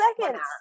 seconds